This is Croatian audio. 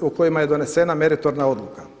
u kojima je donesena meritorna odluka.